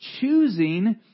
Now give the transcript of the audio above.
choosing